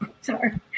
Sorry